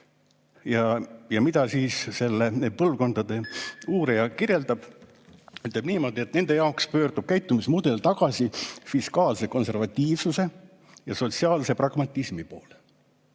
mida siis see põlvkondade uurija kirjeldab? Ütleb niimoodi, et nende jaoks pöördub käitumismudel tagasi fiskaalse konservatiivsuse ja sotsiaalse pragmatismi poole.